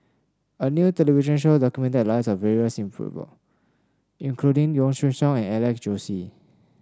a new television show documented the lives of various people including Yong Shu Hoong and Alex Josey